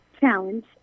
challenge